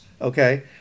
Okay